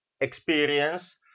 experience